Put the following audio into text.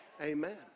Amen